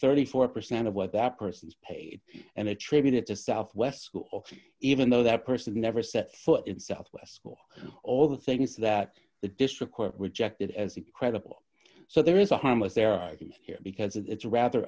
thirty four percent of what that person's paid and attributed to southwest school or even though that person never set foot in southwest school all the things that the district court rejected as incredible so there is a harmless error in here because it's rather